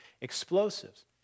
explosives